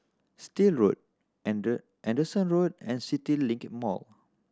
Still Road Anderson Road and CityLink Mall